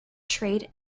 trade